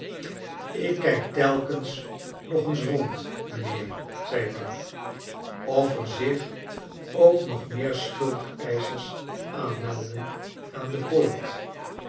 ik kijk telkens nog eens rond mijnheer zei rugg of er zich ook nog meer schuldeisohers aanmelden aan de poort